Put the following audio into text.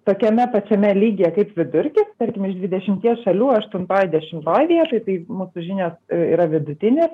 tokiame pačiame lygyje kaip vidurkis tarkim iš dvidešimies šalių aštuntoj dešimtoj vietoj tai mūsų žinios yra vidutinės